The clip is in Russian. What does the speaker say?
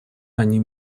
они